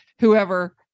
whoever